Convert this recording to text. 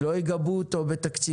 אם לא יגבו אותו בתקציבים,